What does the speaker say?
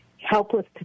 helpless